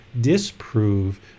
disprove